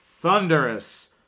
thunderous